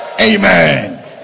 amen